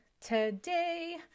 Today